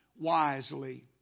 wisely